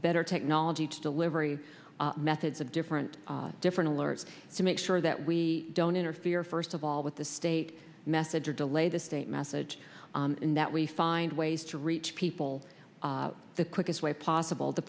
better technology to delivery methods of different different alerts to make sure that we don't interfere first of all with the state message or delay the state message in that we find ways to reach people the quickest way possible the